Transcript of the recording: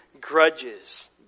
grudges